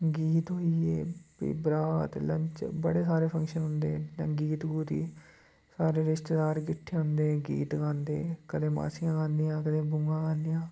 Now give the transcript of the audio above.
गीत होई गे फ्ही बरात लंच बड़े सारे फंक्शन होंदे ते गीत गुत गी सारे रिश्तेदार किट्ठे होंदे गीत गांदे कदें मासियां गादियां कदें बुआं गादियां